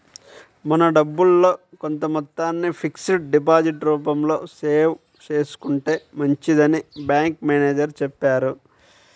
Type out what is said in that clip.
మన డబ్బుల్లో కొంత మొత్తాన్ని ఫిక్స్డ్ డిపాజిట్ రూపంలో సేవ్ చేసుకుంటే మంచిదని బ్యాంకు మేనేజరు చెప్పారు